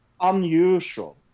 unusual